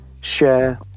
share